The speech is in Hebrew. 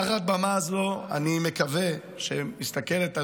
תחת במה זו אני מקווה שמסתכלת עלינו,